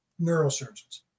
neurosurgeons